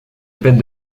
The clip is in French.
peine